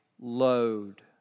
load